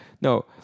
No